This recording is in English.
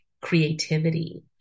creativity